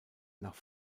nach